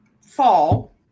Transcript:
fall